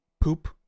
poop